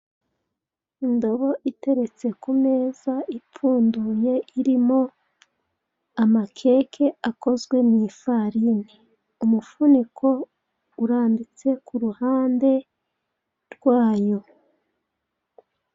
Indobo iteretse ku meza imfunduye; irimo ama keke akozwe mu ifarini; umufuniko urambitse kuruhande rwayo.